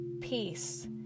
Peace